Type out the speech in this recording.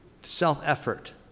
self-effort